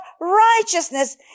righteousness